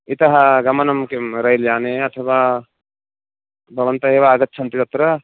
इतः गमनं किं रेल्याने अथवा भवन्तः एव आगच्छन्ति तत्र